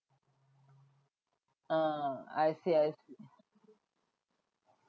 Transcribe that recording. uh I see I see